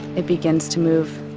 it begins to move.